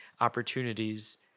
opportunities